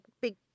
big